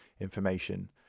information